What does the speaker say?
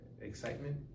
excitement